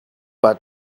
but